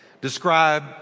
describe